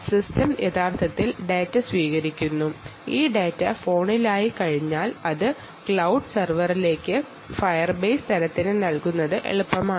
system യഥാർത്ഥത്തിൽ ഈ data സ്വീകരിക്കുന്നു ഈ ഡാറ്റ ഫോണിലായിക്കഴിഞ്ഞാൽ അത് ക്ലൌഡ് സെർവറിന്റെ ഫയർ ബേസിൽ എത്തുന്നു